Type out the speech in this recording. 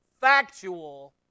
factual